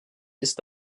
ist